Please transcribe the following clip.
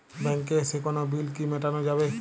ব্যাংকে এসে কোনো বিল কি মেটানো যাবে?